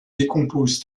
décompose